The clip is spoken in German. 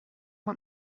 man